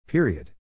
Period